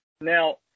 Now